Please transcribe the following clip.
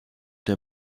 der